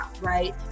right